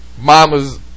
Mamas